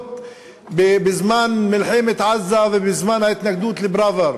האחרונות בזמן מלחמת עזה ובזמן ההתנגדות לחוק פראוור.